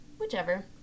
Whichever